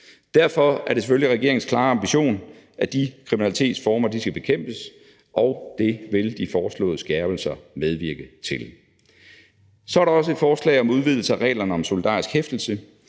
Derfor er det selvfølgelig regeringens klare ambition, at de kriminalitetsformer skal bekæmpes, og det vil de foreslåede skærpelser medvirke til. Så er der også et forslag om udvidelse af reglerne om solidarisk hæftelse,